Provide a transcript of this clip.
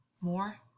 More